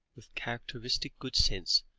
with characteristic good sense,